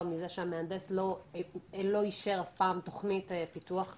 מזה שהמהנדס לא אישר אף פעם תוכנית פיתוח כזו,